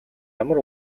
ямар